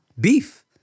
beef